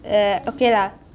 okay lah